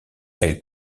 elle